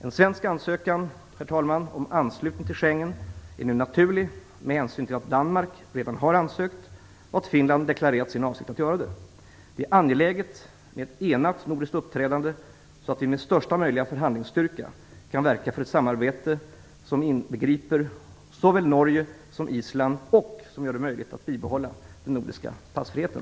En svensk ansökan om anslutning till Schengensamarbetet är nu naturlig med hänsyn till att Danmark ju redan har ansökt och Finland deklarerat sin avsikt att göra det. Det är angeläget med ett enat nordiskt uppträdande, så att vi med största möjliga förhandlingsstyrka kan verka för ett samarbete som inbegriper såväl Norge som Island och som gör det möjligt att bibehålla den nordiska passfriheten.